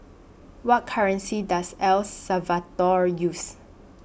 What currency Does El Salvador use